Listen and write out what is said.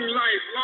life